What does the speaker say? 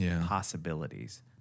possibilities